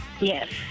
Yes